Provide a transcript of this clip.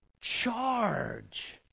charge